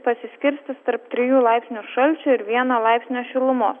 pasiskirstys tarp trijų laipsnių šalčio ir vieno laipsnio šilumos